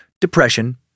depression